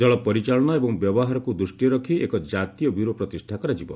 ଜଳ ପରିଚାଳନା ଏବଂ ବ୍ୟବହାରକୁ ଦୃଷ୍ଟିରେ ରଖି ଏକ ଜାତୀୟ ବ୍ୟୁରୋ ପ୍ରତିଷ୍ଠା କରାଯିବ